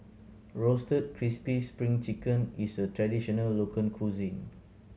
Roasted Crispy Spring Chicken is a traditional local cuisine